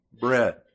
bread